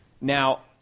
Now